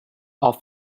for